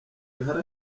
ihari